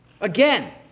Again